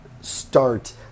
Start